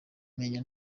menya